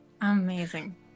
Amazing